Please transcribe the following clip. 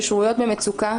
ששרויות במצוקה,